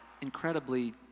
incredibly